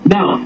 Now